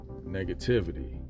Negativity